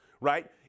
right